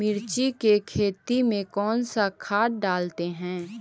मिर्ची के खेत में कौन सा खाद डालते हैं?